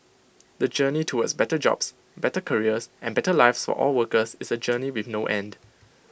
the journey towards better jobs better careers and better lives for all workers is A journey with no end